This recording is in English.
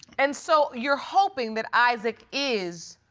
and, so you're hoping that isaac is.